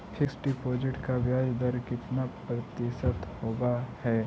Fix deposit का ब्याज दर कितना प्रतिशत होब है?